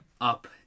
up